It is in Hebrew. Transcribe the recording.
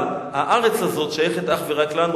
אבל הארץ הזאת שייכת אך ורק לנו,